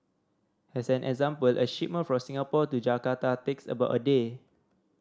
as an example a shipment from Singapore to Jakarta takes about a day